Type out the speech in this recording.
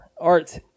art